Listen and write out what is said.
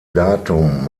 datum